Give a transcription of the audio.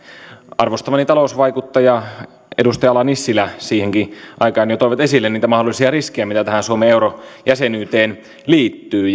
arvostamani talousvaikuttaja edustaja ala nissilä siihenkin aikaan jo toivat esille niitä mahdollisia riskejä mitä tähän suomen eurojäsenyyteen liittyy